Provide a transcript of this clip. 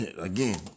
again